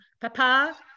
papa